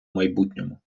майбутньому